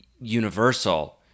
universal